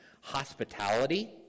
hospitality